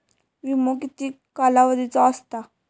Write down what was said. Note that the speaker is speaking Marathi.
विमो किती कालावधीचो असता?